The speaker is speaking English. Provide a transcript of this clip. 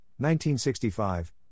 1965